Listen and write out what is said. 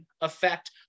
effect